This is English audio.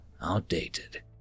Outdated